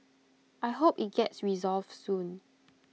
I hope IT gets resolved soon